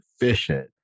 efficient